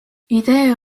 idee